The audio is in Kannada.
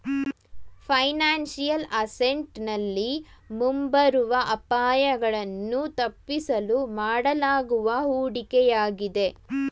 ಫೈನಾನ್ಸಿಯಲ್ ಅಸೆಂಟ್ ನಲ್ಲಿ ಮುಂಬರುವ ಅಪಾಯಗಳನ್ನು ತಪ್ಪಿಸಲು ಮಾಡಲಾಗುವ ಹೂಡಿಕೆಯಾಗಿದೆ